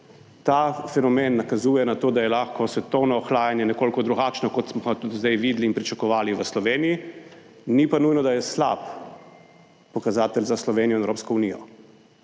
Ta fenomen nakazuje na to, da je lahko svetovno ohlajanje nekoliko drugačno, kot smo ga tudi zdaj videli in pričakovali v Sloveniji, ni pa nujno, da je slab pokazatelj za Slovenijo in Evropsko unijo.